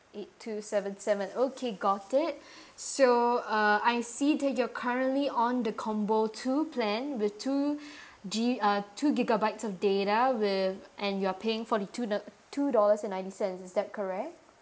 eight two seven seven okay got it so uh I see that you're currently on the combo two plan with two G uh two gigabytes of data with and you're paying forty two dol~ two dollars and ninety cents is that correct